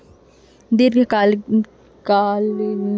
दीर्घकालिक निवेश बर का योजना हे?